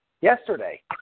yesterday